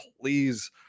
please